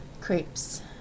crepes